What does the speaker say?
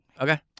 Okay